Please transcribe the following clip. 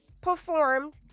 performed